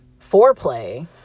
foreplay